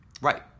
Right